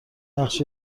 نقش